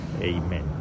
Amen